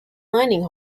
mining